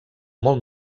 molt